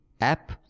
app